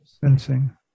Sensing